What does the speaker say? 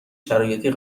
شرایطی